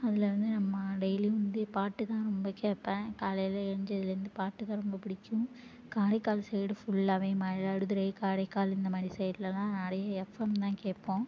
அதில் வந்து நம்ம டெய்லியும் வந்து பாட்டு தான் ரொம்ப கேட்பேன் காலையில் ஏஞ்சதுலேருந்து பாட்டு தான் ரொம்ப பிடிக்கும் காரைக்கால் சைடு ஃபுல்லாகவே மயிலாடுதுறை காரைக்கால் இந்தமாதிரி சைட்லலாம் நிறைய எஃப்எம் தான் கேட்போம்